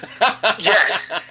yes